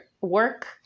work